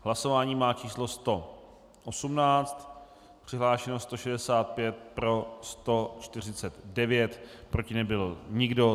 Hlasování má číslo 118, přihlášeno 165, pro 149, proti nebyl nikdo.